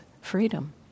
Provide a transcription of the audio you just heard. freedom